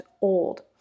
old